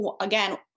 again